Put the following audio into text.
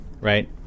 right